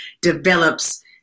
develops